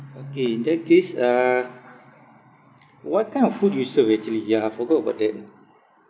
okay in that case uh what kind of food you serve actually ya I forgot about that ah